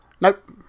Nope